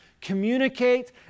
communicate